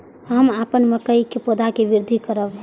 हम अपन मकई के पौधा के वृद्धि करब?